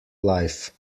life